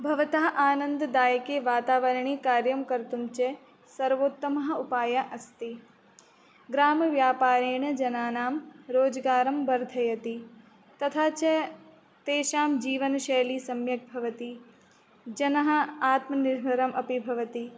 भवतः आनन्ददायके वातावरणे कार्यं कर्तुं च सर्वोत्तमः उपायः अस्ति ग्रामव्यापारेण जनानां रोजगारं वर्धयति तथा च तेषां जीवनशैली सम्यग्भवति जनः आत्मनिर्भरः अपि भवति